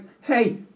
hey